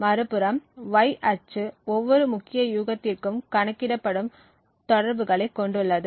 மறுபுறம் Y அச்சு ஒவ்வொரு முக்கிய யூகத்திற்கும் கணக்கிடப்படும் தொடர்புகளைக் கொண்டுள்ளது